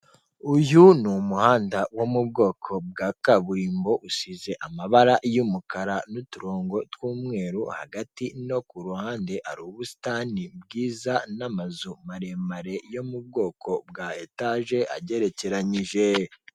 Uyu umuhanda wo mu bwoko bwa kaburimbo usize amabara y'umukara n'uturongo tw'umweru hagati ku ruhande hari ubusitani bwizazu maremare yo mu bwoko bwa etage agerekeyije.